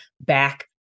back